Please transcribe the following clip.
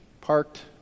parked